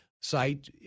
site